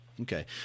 Okay